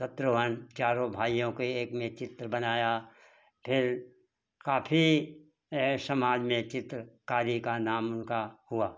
शुत्रुघ्न चारों भाइयों के एक में चित्र बनाया फिर काफ़ी समाज में चित्रकारी का नाम उनका हुआ